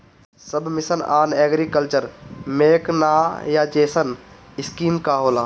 सब mission on agriculture mechanisation scheme का होला?